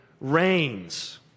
reigns